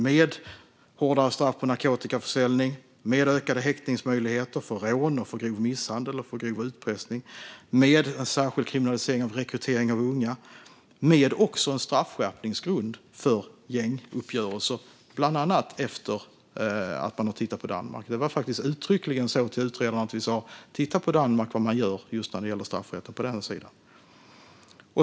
Det handlar om hårdare straff för narkotikaförsäljning, ökade häktningsmöjligheter vid rån, grov misshandel och grov utpressning, en särskild kriminalisering av rekrytering av unga och en straffskärpningsgrund för gänguppgörelser. Man har bland annat tittat på just Danmark. Vi sa faktiskt uttryckligen så till utredaren: Titta på Danmark och vad man gör när det gäller straffrätten på den sidan!